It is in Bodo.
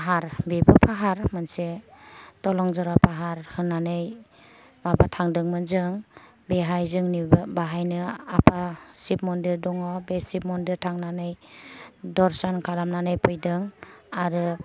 फाहार बेबो फाहार मोनसे दलं जरा फाहार होन्नानै बावबो थांदोंमोन जों बेहाय जोंनि बाहायनो आफा शिब मन्दिर दङ बे शिब मन्दिर थांनानै दर्शन खालामनानै फैदों आरो